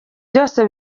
byose